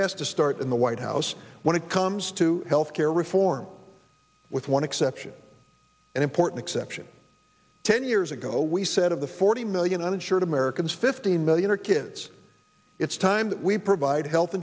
has to start in the white house when it comes to health care reform with one exception an important exception ten years ago we said of the forty million uninsured americans fifteen million are kids it's time that we provide health